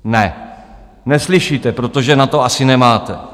Ne, neslyšíte, protože na to asi nemáte.